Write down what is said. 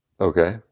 okay